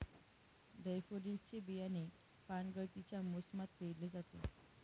daffodils चे बियाणे पानगळतीच्या मोसमात पेरले जाते